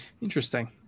Interesting